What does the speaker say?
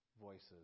voices